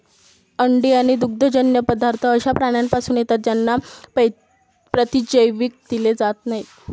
अंडी आणि दुग्धजन्य पदार्थ अशा प्राण्यांपासून येतात ज्यांना प्रतिजैविक दिले जात नाहीत